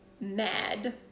mad